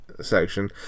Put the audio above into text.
section